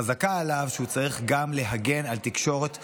חזקה עליו שהוא צריך גם להגן על תקשורת חופשית,